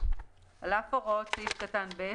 "(ג)על אף הוראות סעיף קטן (ב),